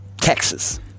Texas